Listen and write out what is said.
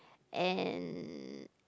and